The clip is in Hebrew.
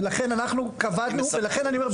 ולכן אנחנו קבענו ולכן אני אומר,